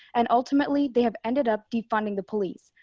and ultimately they have ended up defunding the police.